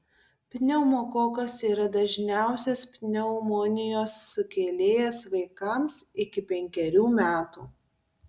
pneumokokas yra dažniausias pneumonijos sukėlėjas vaikams iki penkerių metų